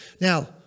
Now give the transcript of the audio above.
Now